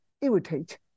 irritate